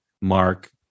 Mark